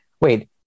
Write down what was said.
Wait